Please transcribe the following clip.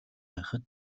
байхад